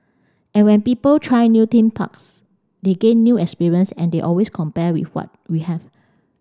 and when people try new theme parks they gain new experience and they always compare with what we have